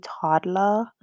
Toddler